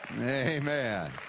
Amen